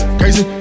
crazy